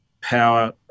power